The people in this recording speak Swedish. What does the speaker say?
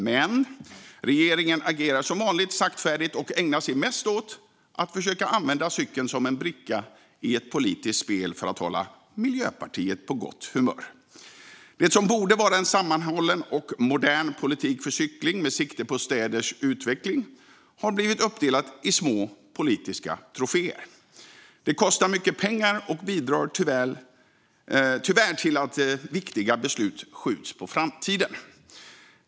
Men regeringen agerar som vanligt saktfärdigt och ägnar sig mest åt att försöka använda cykeln som en bricka i ett politiskt spel för att hålla Miljöpartiet på gott humör. Det som borde vara en sammanhållen och modern politik för cykling med sikte på städers utveckling har blivit uppdelat i små politiska troféer. Det kostar mycket pengar och bidrar tyvärr till att viktiga beslut skjuts på framtiden.